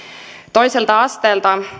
toiselta asteelta